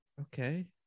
Okay